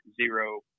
zero –